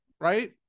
right